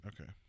Okay